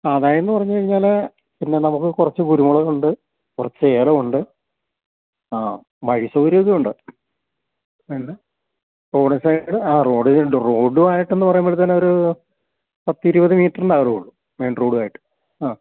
ആദായം എന്ന് പറഞ്ഞ് കഴിഞ്ഞാൽ പിന്നെ നമുക്ക് കുറച്ച് കുരുമുളക് ഉണ്ട് കുറച്ച് ഏലം ഉണ്ട് ആ മൈസൂര് ഇതും ഉണ്ട് പിന്നെ റോഡ് സൈഡിൽ ആ റോഡ് സൈഡിൽ റോഡ് ആയിട്ടെന്ന് പറയുമ്പോഴത്തേന് പത്തിരുപത് മീറ്ററിൻ്റെ അകം ആണ് റോഡ് മെയിൻ റോഡും ആയിട്ട് ആ